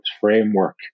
framework